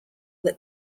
that